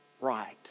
right